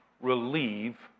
relieve